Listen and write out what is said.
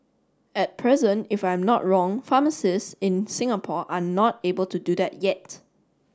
at present if I am not wrong pharmacists in Singapore are not able to do that yet